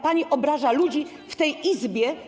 Pani obraża ludzi w tej Izbie.